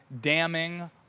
damning